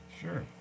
Sure